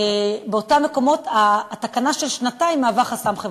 באותם מקומות התקנה של שנתיים מהווה חסם חברתי.